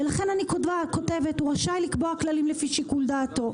ולכן אני כותבת: הוא רשאי לקבוע כללים לפי שיקול דעתו.